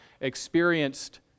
experienced